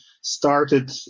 started